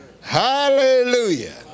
Hallelujah